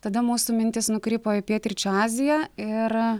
tada mūsų mintys nukrypo į pietryčių aziją ir